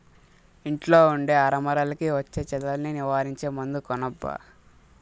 ఇంట్లో ఉండే అరమరలకి వచ్చే చెదల్ని నివారించే మందు కొనబ్బా